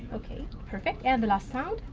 okay, perfect. and the last sound.